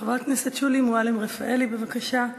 חברת הכנסת שולי מועלם-רפאלי, בבקשה.